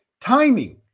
timing